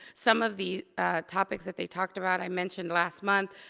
some of the topics that they talked about i mentioned last month.